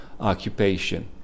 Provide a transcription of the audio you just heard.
occupation